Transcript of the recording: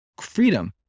freedom